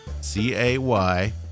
C-A-Y